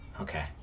Okay